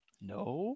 No